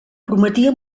prometia